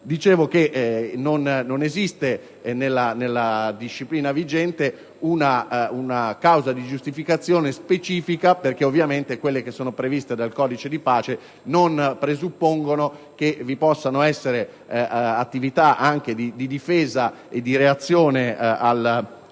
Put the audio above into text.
Dicevo che non esiste nella disciplina vigente una causa di giustificazione specifica perché, ovviamente, quelle che sono previste dal codice di pace non presuppongono che vi possano essere attività anche di difesa e di reazione ad attacchi